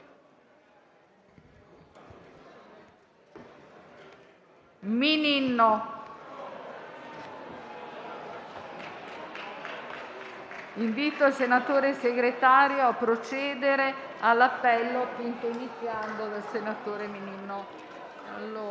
Mininno).* Invito il senatore Segretario a procedere all'appello, iniziando dal senatore Mininno.